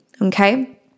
Okay